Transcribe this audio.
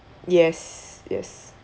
yes yes